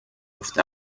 oft